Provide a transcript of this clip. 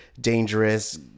dangerous